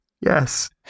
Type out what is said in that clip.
Yes